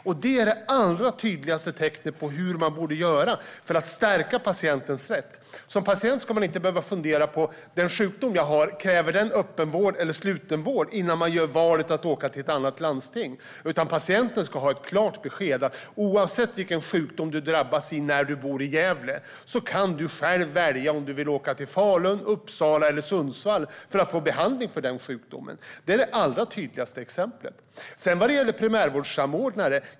Det är det allra tydligaste tecknet och det allvarligaste tecknet på vad man borde göra för att stärka patientens rätt. Som patient ska man inte behöva fundera på om den sjukdom som man har kräver öppenvård eller slutenvård innan man väljer att söka sig till ett annat landsting. Patienten ska ha ett klart besked där. Oavsett vilken sjukdom du drabbas av om du bor i Gävle kan du själv välja om du vill åka till Falun, Uppsala eller Sundsvall för att få behandling för din sjukdom. Det är det allra tydligaste exemplet.